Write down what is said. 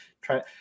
try